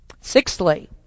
sixthly